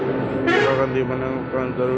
धोखाधड़ी का एक बड़ा कारण जागरूकता की कमी भी है